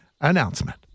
announcement